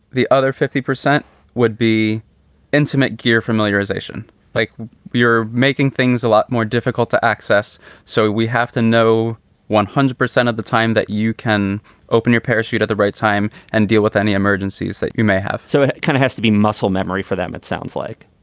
the other fifty percent would be intimate gear familiarisation like you're making things a lot more difficult to access. so we have to know one hundred percent of the time that you can open your parachute at the right time and deal with any emergencies that you may have so it kind of has to be muscle memory for them, it sounds like.